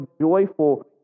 joyful